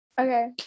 Okay